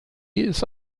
ist